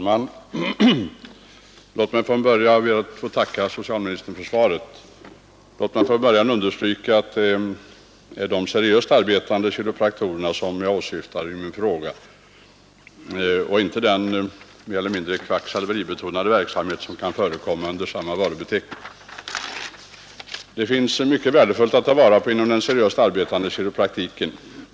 Fru talman! Jag ber att få tacka socialministern för svaret. Låt mig från början understryka att det är de seriöst arbetande kiropraktorerna som jag åsyftar i min fråga och inte den mer eller mindre kvacksalveribetonade verksamhet som kan förekomma under samma ”varubeteckning”. Det finns mycket värdefullt att ta vara på inom den seriöst arbetande kiropraktiken.